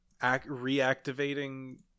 reactivating